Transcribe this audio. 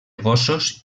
gossos